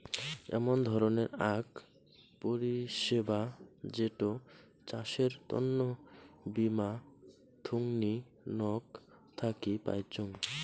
এমন ধরণের আক পরিষেবা যেটো চাষের তন্ন বীমা থোঙনি নক থাকি পাইচুঙ